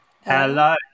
Hello